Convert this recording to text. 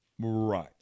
Right